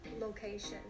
location